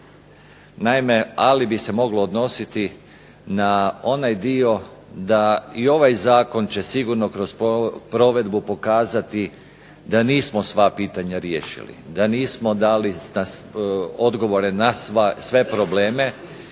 Naime, ali bi se moglo odnositi na onaj dio da i ovaj zakon će sigurno kroz provedbu pokazati da nismo sva pitanja riješili, da nismo dali odgovore na sve probleme